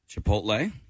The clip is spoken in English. chipotle